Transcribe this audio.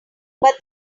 but